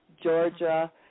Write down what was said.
Georgia